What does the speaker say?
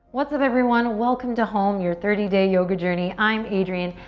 what's up, everyone? welcome to home, your thirty day yoga journey. i'm adriene,